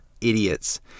idiots